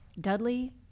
Dudley